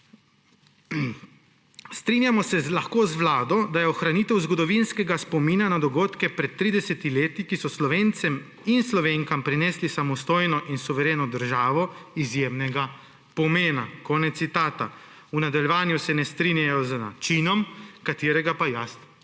»Strinjamo se lahko z Vlado, da je ohranitev zgodovinskega spomina na dogodke pred 30 leti, ki so Slovencem in Slovenkam prinesli samostojno in suvereno državo, izjemnega pomena.« Konec citata. V nadaljevanju se ne strinjajo z načinom, ki ga pa jaz